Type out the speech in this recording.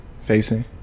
facing